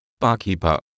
Barkeeper